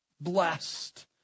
blessed